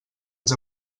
ens